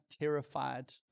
terrified